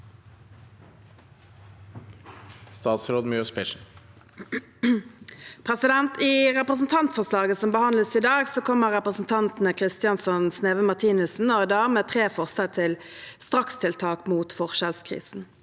I represen- tantforslaget som behandles i dag, kommer representantene Kristjánsson, Sneve Martinussen og Aydar med tre forslag til strakstiltak mot forskjellskrisen.